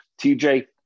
TJ